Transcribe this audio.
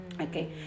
Okay